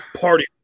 party